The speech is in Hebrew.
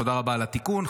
תודה רבה על התיקון,